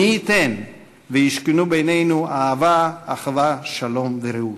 מי ייתן וישכנו בינינו אהבה, אחווה, שלום ורעות.